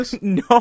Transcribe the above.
No